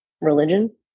religion